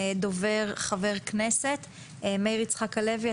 חבר הכנסת מאיר יצחק הלוי,